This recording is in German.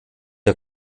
der